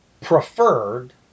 preferred